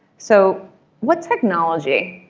so what technology,